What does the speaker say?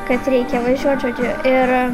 kad reikia važiuot žodžiu ir